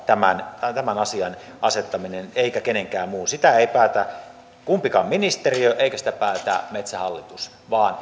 tämän tämän asian asettaminen on kansanedustajien asia eikä kenenkään muun sitä ei päätä kumpikaan ministeriö eikä sitä päätä metsähallitus vaan